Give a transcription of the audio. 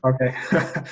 Okay